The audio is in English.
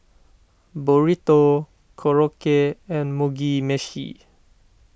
Burrito Korokke and Mugi Meshi